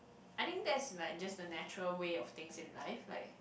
I think that's like just the natural way of things in life like